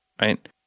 right